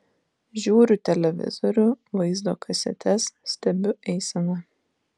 žiūriu televizorių vaizdo kasetes stebiu eiseną